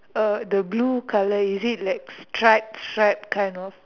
the blue colour is it like stripe stripe kind of